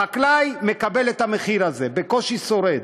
החקלאי מקבל את המחיר הזה, בקושי שורד.